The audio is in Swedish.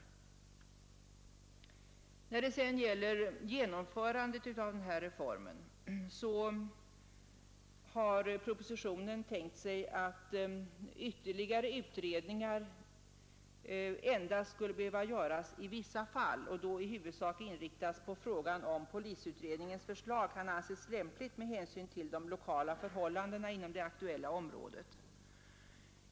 När det gäller genomförandet av reformen har man enligt propositionen tänkt sig att ytterligare utredningar endast skulle behöva göras i vissa fall och då i huvudsak inriktas på frågan om polisutredningens förslag kan anses lämpligt med hänsyn till de lokala förhållandena inom det aktuella området.